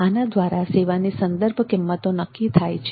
આના દ્વારા સેવાની સંદર્ભ કિંમતો નક્કી થાય છે